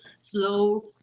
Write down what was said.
slow